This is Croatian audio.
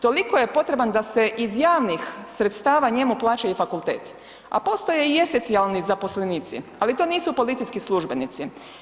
Toliko je potreban da se iz javnih sredstava njemu plaćaju fakultet a postoji i esencijalni zaposlenici ali to nisu policijski službenici.